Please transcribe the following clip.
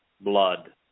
blood